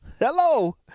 hello